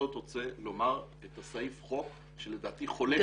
רוצה לומר את סעיף החוק שלדעתי חולש על העניין.